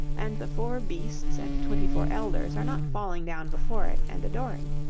and the four beasts and twenty-four elders are not falling down before it and adoring.